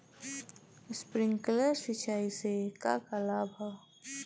Sprinkler सिंचाई से का का लाभ ह?